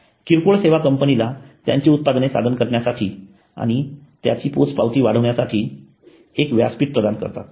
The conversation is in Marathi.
किरकोळ सेवा कंपनीला त्यांची उत्पादने सादर करण्यासाठी आणि त्यांची पोच वाढवण्यासाठी एक व्यासपीठ प्रदान करतात